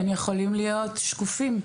הם יכולים להיות שקופים.